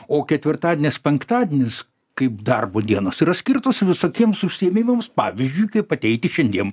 o ketvirtadienis penktadienis kaip darbo dienos yra skirtos visokiems užsiėmimams pavyzdžiui kaip ateiti šiandien